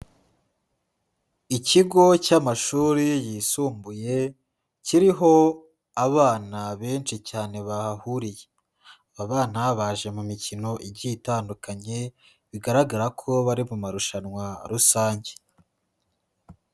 Ikigo cy'amashuri yisumbuye kiriho abana benshi cyane bahahuriye. Aba abana baje mu mikino igiye itandukanye bigaragara ko bari mu marushanwa rusange.